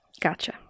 Gotcha